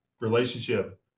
relationship